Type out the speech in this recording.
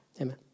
Amen